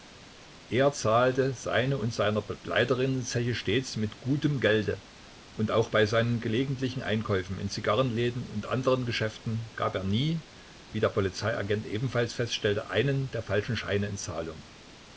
er zahlte seine und seiner begleiterinnen zeche stets mit gutem gelde und auch bei seinen gelegentlichen einkäufen in zigarrenläden und anderen geschäften gab er nie wie der polizeiagent ebenfalls feststellte einen der falschen scheine in zahlung